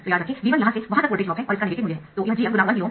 तो याद रखें V1 यहाँ से वहाँ तक वोल्टेज ड्रॉप है और इसका नेगेटिव मूल्य है